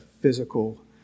physical